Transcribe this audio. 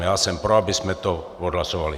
Já jsem pro, abychom to odhlasovali.